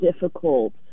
difficult